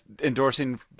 Endorsing